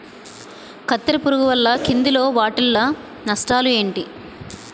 కత్తెర పురుగు వల్ల కంది లో వాటిల్ల నష్టాలు ఏంటి